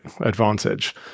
advantage